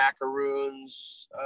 macaroons